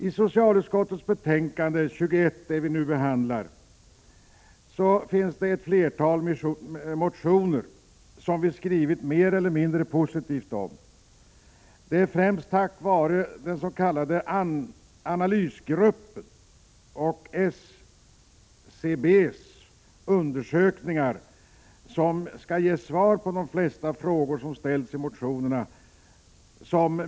I socialutskottets betänkande 21, det som vi nu behandlar, finns det flera motioner som utskottet skriver mer eller mindre positivt om. Det är främst den s.k. analysgruppen och SCB:s undersökningar som skall ge svar på de flesta frågor som ställts i motionerna.